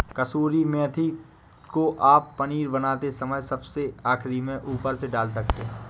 कसूरी मेथी को आप पनीर बनाते समय सबसे आखिरी में ऊपर से डाल सकते हैं